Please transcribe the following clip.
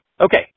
Okay